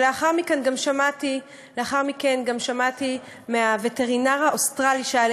ולאחר מכן גם שמעתי מהווטרינר האוסטרלי שהיה